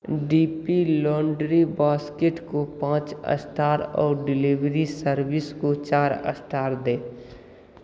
D P laundry basket को star पाँच और डिलीवरी सर्विस को चार स्टार दें